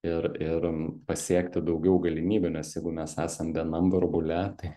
ir ir pasiekti daugiau galimybių nes jeigu mes esam vienam burbule tai